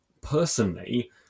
personally